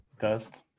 dust